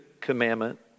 commandment